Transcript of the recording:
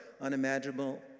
unimaginable